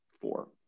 Four